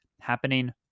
happening